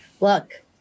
look